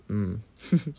mm